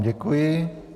Děkuji.